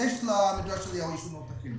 יש לעמותה של "מדרש אליהו" אישור ניהול תקין.